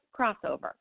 crossover